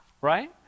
right